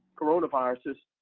coronaviruses,